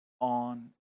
on